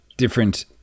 Different